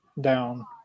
down